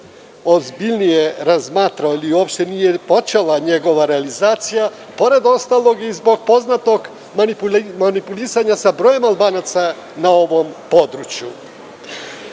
ozbiljnije razmatrao ili uopšte nije počela njegova realizacija, pored ostalog i zbog poznatog manipulisanja sa brojem Albanaca na ovom